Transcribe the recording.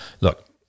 Look